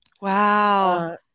Wow